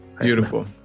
Beautiful